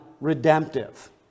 redemptive